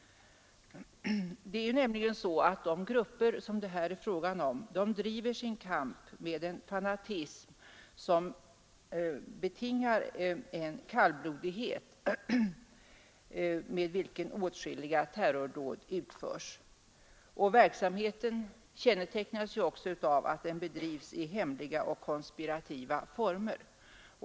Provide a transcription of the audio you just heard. Det är nämligen så att de grupper som det här är fråga om driver sin kamp med en fanatism, som betingar den kallblodighet med vilken åtskilliga terrordåd utförs. Verksamheten kännetecknas också av att den bedrivs i hemliga och konspirativa former.